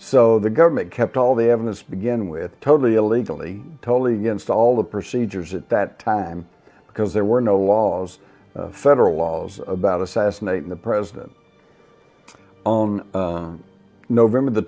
so the government kept all the evidence begin with totally illegally totally against all the procedures at that time because there were no laws federal laws about assassinating the president on november the